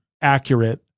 accurate